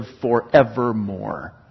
forevermore